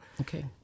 Okay